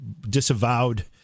disavowed